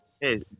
Hey